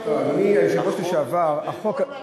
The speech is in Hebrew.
בר-השגה הוא תוספת